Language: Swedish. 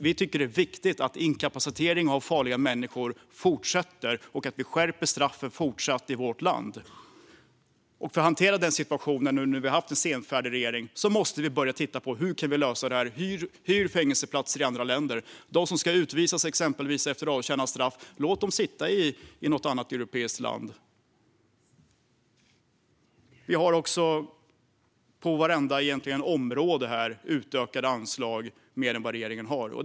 Vi tycker att det är viktigt att inkapacitering av farliga människor fortsätter och att vi fortsätter att skärpa straffen i vårt land. För att hantera situationen nu när vi har haft en senfärdig regering måste vi börja titta på hur vi kan lösa det här. Hyr fängelseplatser i andra länder! Exempelvis kan vi låta dem som ska utvisas efter avtjänat straff sitta i något annat europeiskt land. Vi har också på egentligen vartenda område utökat anslagen mer än vad regeringen har gjort.